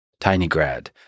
TinyGrad